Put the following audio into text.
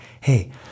hey